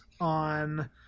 on